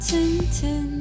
Tintin